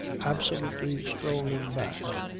absolutely strolling back,